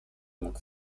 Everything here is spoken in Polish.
mógł